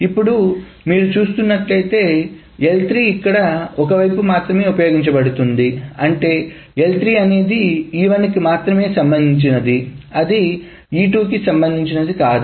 ఇప్పుడు మీరు చూస్తున్నట్లయితే L3 ఇక్కడ ఒక వైపు మాత్రమే ఉపయోగించబడుతుంది అంటే L3 అనేది E1కి మాత్రమే సంబంధించినది అది E2 కి సంబంధించినది కాదు